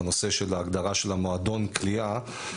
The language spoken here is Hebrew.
בנושא של ההגדרה של מועדון קליעה,